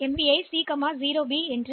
எனவே MVI C 0 pH